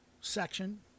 section